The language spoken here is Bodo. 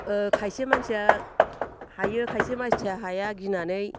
खायसे मानसिया हायो खायसे मानसिया हाया गिनानै